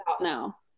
now